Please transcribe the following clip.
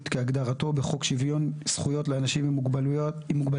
כהגדרתו בחוק שוויון זכויות לאנשים עם מוגבלות,